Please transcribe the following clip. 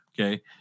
okay